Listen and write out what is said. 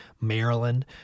maryland